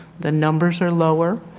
the numbers are lower.